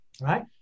right